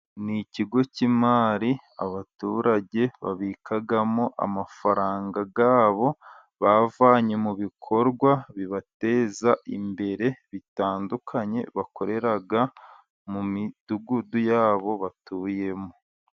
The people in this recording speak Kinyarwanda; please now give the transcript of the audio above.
Ni ikigo cy'imari abaturage babikaga mo amafaranga ga bo, bavanye mu bikorwa bibateza imbere bitandukanye, bakoreraga mu midugudu yabo batuye mo.